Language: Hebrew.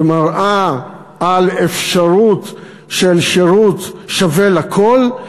שמראה על אפשרות של שירות שווה לכול.